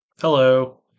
hello